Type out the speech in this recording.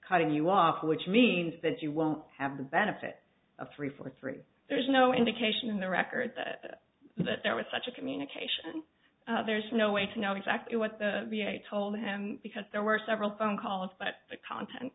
cutting you off which means that you won't have the benefit of three four three there's no indication in the record that there was such a communication there's no way to know exactly what the v a told him because there were several phone calls but the content